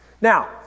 Now